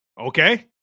Okay